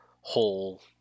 whole